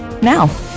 Now